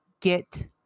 get